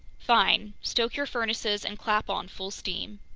fine. stoke your furnaces and clap on full steam!